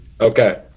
Okay